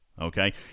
Okay